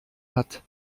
hat